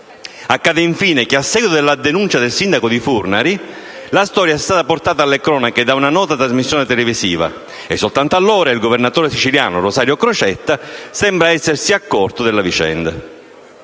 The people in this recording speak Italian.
Accade, infine, che, a seguito della denuncia, del sindaco di Furnari, la storia è stata portata alle cronache da una nota trasmissione televisiva e soltanto allora il governatore siciliano Rosario Crocetta sembra essersi accorto della vicenda.